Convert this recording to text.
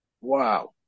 Wow